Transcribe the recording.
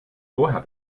vorher